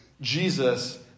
Jesus